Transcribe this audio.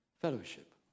Fellowship